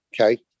Okay